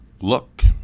look